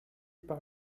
par